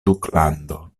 duklando